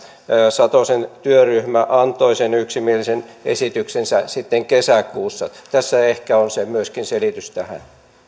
satosen työryhmä antoi sen yksimielisen esityksensä kesäkuussa tässä ehkä on myöskin selitys tähän